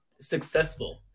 successful